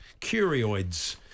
Curioids